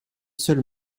seul